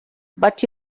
but